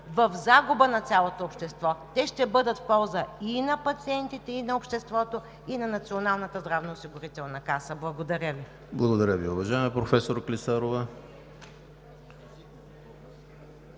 в загуба на цялото общество. Те ще бъдат в полза и на пациентите, и на обществото, и на Националната здравноосигурителна каса. Благодаря Ви. ПРЕДСЕДАТЕЛ ЕМИЛ ХРИСТОВ: Благодаря Ви, уважаема професор Клисарова.